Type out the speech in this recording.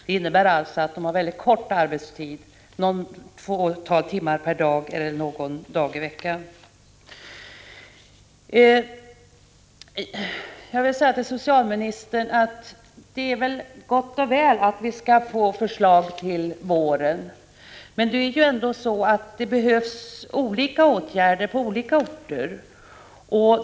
Detta innebär alltså att de har en mycket kort arbetstid, några få timmar per dag eller arbete någon dag i veckan. Till socialministern vill jag säga att det är gott och väl att vi kommer att få förslag till våren, men det behövs olika åtgärder på olika orter.